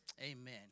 Amen